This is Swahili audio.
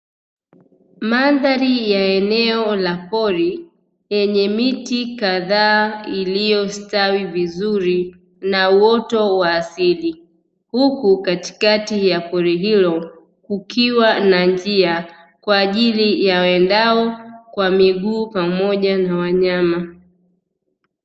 Mandhari ya eneo la pori, lenye miti kadhaa iliyostawi vizuri na uoto wa asili, huku katikati ya pori hilo kukiwa na njia kwa ajili ya waendao kwa miguu pamoja na wanyama.